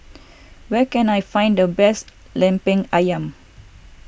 where can I find the best Lemper Ayam